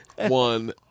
one